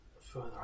further